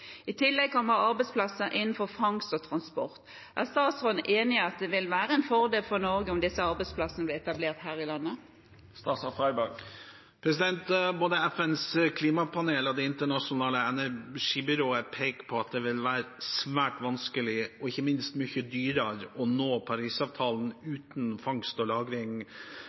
I tillegg kommer arbeidsplasser innenfor fangst og transport. Er statsråden enig i at det ville vært en fordel for Norge om disse arbeidsplassene ble etablert her i landet?» Både FNs klimapanel og Det internasjonale energibyrået peker på at det vil være svært vanskelig, og ikke minst mye dyrere, å nå målene i Parisavtalen uten fangst og lagring